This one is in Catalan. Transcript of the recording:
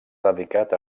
dedicat